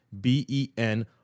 B-E-N